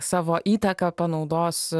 savo įtaką panaudos